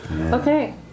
Okay